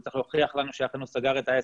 הוא צריך להוכיח לנו שאכן הוא סגר את העסק,